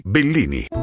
Bellini